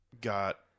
got